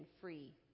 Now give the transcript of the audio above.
free